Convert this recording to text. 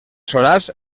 solars